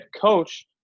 coach